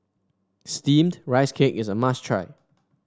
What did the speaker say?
steamed Rice Cake is a must try